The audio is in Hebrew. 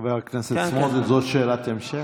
חבר הכנסת סמוטריץ', זאת שאלת המשך?